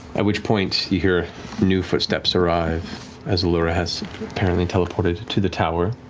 at which point, you hear new footsteps arrive as allura has apparently teleported to the tower.